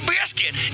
Biscuit